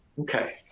Okay